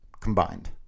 combined